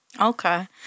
Okay